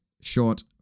short